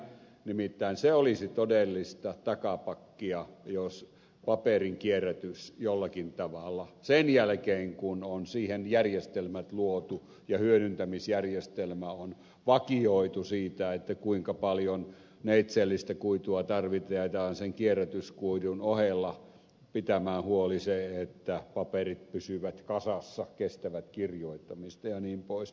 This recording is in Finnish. nimittäin se olisi todellista takapakkia jos paperin kierrätys jollakin tavalla sen jälkeen kun on siihen järjestelmät luotu ja hyödyntämisjärjestelmä vakioitu siitä kuinka paljon neitseellistä kuitua tarvitaan sen kierrätyskuidun ohella pitämään huoli siitä että paperit pysyvät kasassa kestävät kirjoittamista jnp